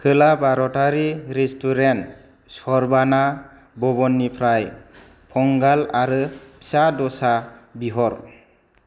खोला भारतारि रेस्टुरेन्ट सरभाना भबननिफ्राय पंगाल आरो फिसा दसा बिहर